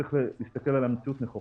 צריך להסתכל על המציאות נכוחה,